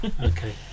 okay